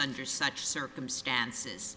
under such circumstances